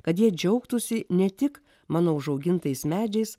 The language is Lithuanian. kad jie džiaugtųsi ne tik mano užaugintais medžiais